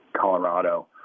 Colorado